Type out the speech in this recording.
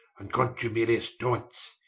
and contumelious taunts,